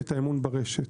את האמון ברשת.